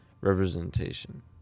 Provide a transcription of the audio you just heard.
representation